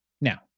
Now